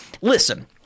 listen